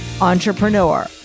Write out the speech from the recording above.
Entrepreneur